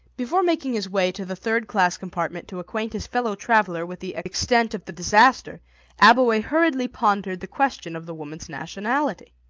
before making his way to the third-class compartment to acquaint his fellow-traveller with the extent of the disaster abbleway hurriedly pondered the question of the woman's nationality.